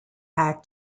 had